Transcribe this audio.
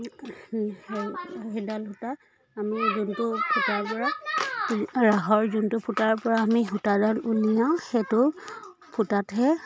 সেইডাল সূতা আমি যোনটো ফুটাৰ পৰা ৰাহৰ যোনটো ফুটাৰ পৰা আমি সূতাডাল উলিয়াওঁ সেইটো ফুটাতহে